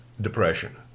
depression